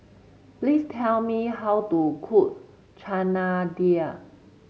please tell me how to cook Chana Dal